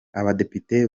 abadepite